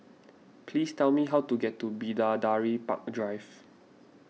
please tell me how to get to Bidadari Park Drive